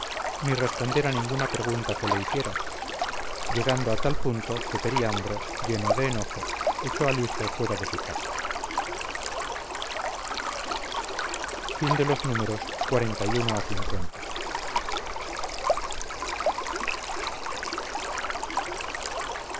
ni responder a ninguna pregunta que le hiciera llegando a tal punto que periandro lleno de enojo echó al hijo fuera de su casa li